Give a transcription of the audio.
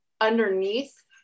underneath